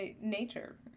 Nature